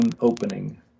opening